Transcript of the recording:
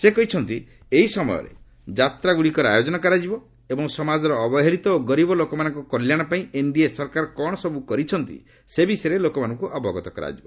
ସେ କହିଛନ୍ତି ଏହି ସମୟରେ ଯାତ୍ରାଗୁଡ଼ିକର ଆୟୋଜନ କରାଯିବ ଏବଂ ସମାଜର ଅବହେଳିତ ଓ ଗରିବ ଲୋକମାନଙ୍କ କଲ୍ୟାଣ ପାଇଁ ଏନ୍ଡିଏ ସରକାର କ'ଣ ସବୁ କରିଛନ୍ତି ସେ ବିଷୟରେ ଲୋକମାନଙ୍କୁ ଅବଗତ କରାଯିବ